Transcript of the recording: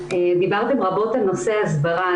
דיברתם רבות על נושא ההסברה.